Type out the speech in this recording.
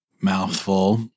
mouthful